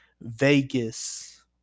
Vegas